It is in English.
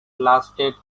lasted